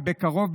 ובקרוב,